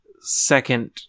second